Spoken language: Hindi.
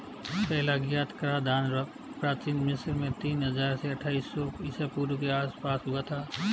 पहला ज्ञात कराधान प्राचीन मिस्र में तीन हजार से अट्ठाईस सौ ईसा पूर्व के आसपास हुआ था